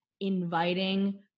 inviting